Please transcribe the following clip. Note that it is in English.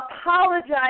apologize